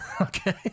Okay